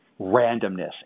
randomness